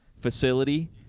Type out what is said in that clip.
facility